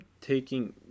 taking